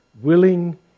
Willing